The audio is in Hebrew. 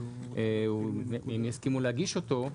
שהם יסכימו להגיש אותו,